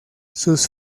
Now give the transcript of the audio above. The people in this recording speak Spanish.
sus